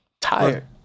tired